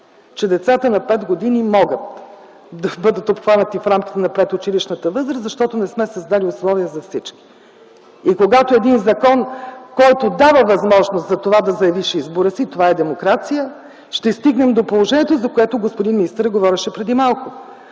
че децата на пет години могат да бъдат обхванати в рамките на предучилищната възраст, защото не сме създали условия за всички. И когато един закон, който дава възможност за това да заявиш избора си, това е демокрация, ще стигнем до положението, за което господин министърът говореше преди малко